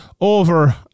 over